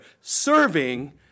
serving